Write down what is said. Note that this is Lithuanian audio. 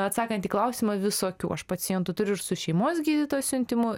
atsakant į klausimą visokių aš pacientų turiu ir su šeimos gydytojo siuntimu